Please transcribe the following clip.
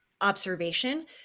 observation